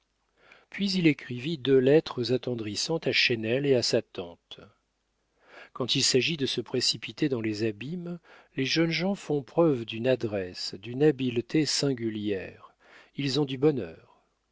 puis il écrivit deux lettres attendrissantes à chesnel et à sa tante quand il s'agit de se précipiter dans les abîmes les jeunes gens font preuve d'une adresse d'une habileté singulières ils ont du bonheur